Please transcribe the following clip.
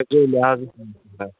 لٮ۪حاظہٕ